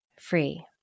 free